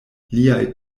liaj